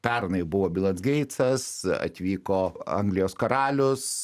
pernai buvo bilas geitsas atvyko anglijos karalius